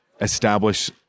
establish